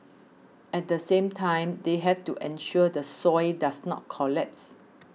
at the same time they have to ensure the soil does not collapse